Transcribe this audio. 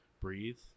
breathe